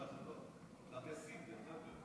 גם בסין, דרך אגב.